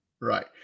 Right